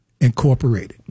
Incorporated